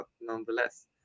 nonetheless